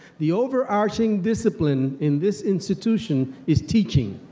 the overarching discipline in this institution, is teaching.